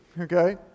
okay